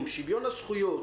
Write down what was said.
שוויון הזכויות,